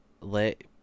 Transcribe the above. let